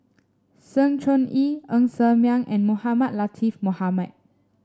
Sng Choon Yee Ng Ser Miang and Mohamed Latiff Mohamed